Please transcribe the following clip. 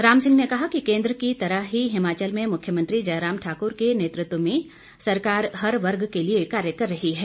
राम सिंह ने कहा कि केंद्र की तरह ही हिमाचल में मुख्यमंत्री जय राम ठाकुर के नेतृत्व में सरकार हर वर्ग के लिए कार्य कर रही है